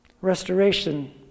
Restoration